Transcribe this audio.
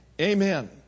Amen